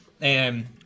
and-